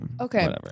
okay